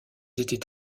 étaient